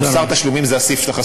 מוסר תשלומים זה הסעיף שלך.